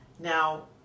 Now